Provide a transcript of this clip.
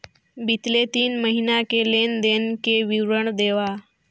बितले तीन महीना के लेन देन के विवरण देवा?